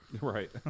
right